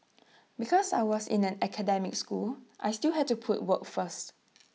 because I was in an academic school I still had to put work first